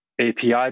API